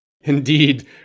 Indeed